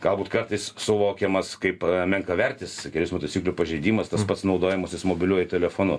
galbūt kartais suvokiamas kaip menkavertis kelių eismo taisyklių pažeidimas tas pats naudojimasis mobiliuoju telefonu